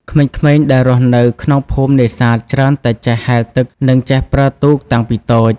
ក្មេងៗដែលរស់នៅក្នុងភូមិនេសាទច្រើនតែចេះ ហែលទឹក និងចេះប្រើទូកតាំងពីតូច។